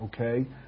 Okay